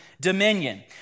dominion